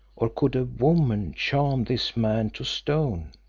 or could a woman charm this man to stone?